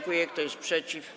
Kto jest przeciw?